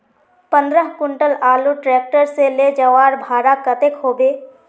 पंद्रह कुंटल आलूर ट्रैक्टर से ले जवार भाड़ा कतेक होबे?